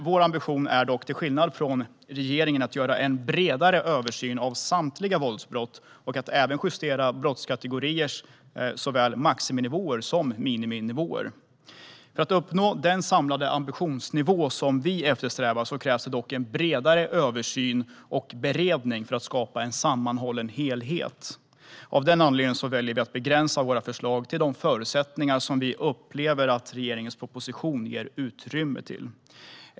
Vår ambition är dock, till skillnad från regeringens, att göra en bredare översyn av samtliga våldsbrott och att även justera olika brottskategoriers såväl maximinivåer som miniminivåer. För att uppnå den samlade ambitionsnivå som vi eftersträvar krävs det dock en bredare översyn och beredning för att skapa en sammanhållen helhet. Av den anledningen väljer vi att begränsa våra förslag till de förutsättningar som vi upplever att regeringens proposition ger utrymme till.